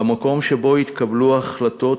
במקום שבו יתקבלו החלטות